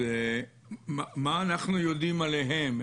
אז מה אנחנו יודעים עליהם,